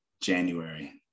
January